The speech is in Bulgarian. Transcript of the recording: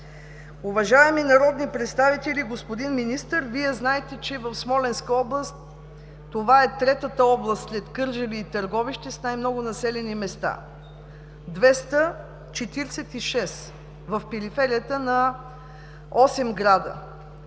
Уважаеми народни представители, господин Министър, Вие знаете, че в Смолянска област, това е третата област след Кърджали и Търговище с най-много населени места – 246, в периферията на осем града.